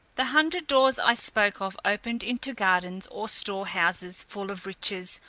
the hundred doors i spoke of opened into gardens or store-houses full of riches,